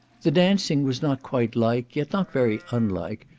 the dancing was not quite like, yet not very unlike,